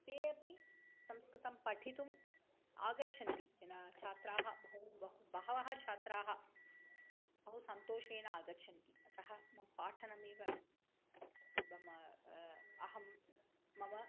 ते अपि संस्कृतं पठितुम् आगच्छन्ति जना छात्राः भउ बहु बहवः चात्राः बहु सन्तोषेण आगच्छन्ति अतः मम पाठनमेव मम अहं मम